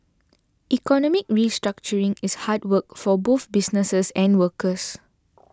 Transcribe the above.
economic restructuring is hard work for both businesses and workers